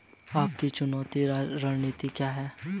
आपकी चुकौती रणनीति क्या है?